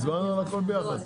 הצבענו על הכול ביחד.